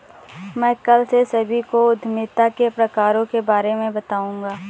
मैं कल से सभी को उद्यमिता के प्रकारों के बारे में बताऊँगा